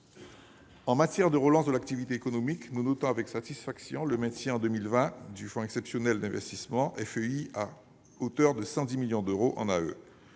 En matière de relance de l'activité économique, nous notons avec satisfaction le maintien, en 2020, du fonds exceptionnel d'investissement (FEI) à hauteur de 110 millions d'euros en AE.